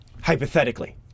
hypothetically